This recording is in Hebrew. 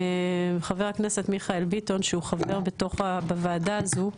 חבר הכנסת מיכאל ביטון שהוא חבר בוועדה הזו,